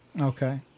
Okay